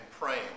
praying